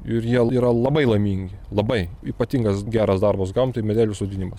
ir jie yra labai laimingi labai ypatingas geras darbas gamtai medelių sodinimas